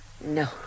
No